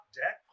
deck